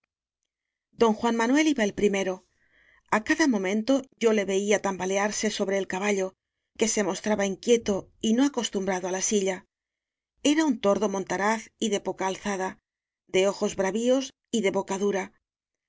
don juan manuel iba el primero a cada momento yo le veía tambalearse sobre el caballo que se mostra ba inquieto y no acostumbrado á la silla era un tordo montaraz y de poca alzada de ojos bravios y de boca dura